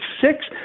six